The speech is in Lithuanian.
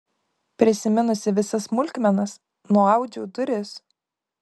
prisiminusi visas smulkmenas nuaudžiau duris